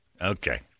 Okay